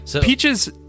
Peaches